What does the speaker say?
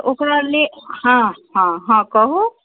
तऽ ओकरा लेल हॅं हॅं हॅं कहु